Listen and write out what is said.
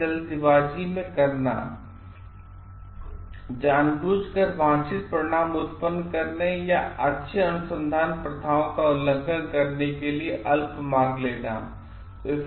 Cutting corners जानबूझकर वांछित परिणाम उत्पन्न करने या अच्छे अनुसंधान प्रथाओं का उल्लंघन करने के लिए अल्प मार्ग लेना